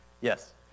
Yes